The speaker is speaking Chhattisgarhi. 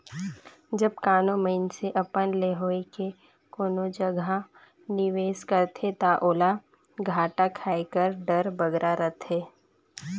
जब कानो मइनसे अपन ले होए के कोनो जगहा निवेस करथे ता ओला घाटा खाए कर डर बगरा रहथे